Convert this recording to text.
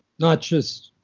not just